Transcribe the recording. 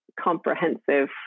comprehensive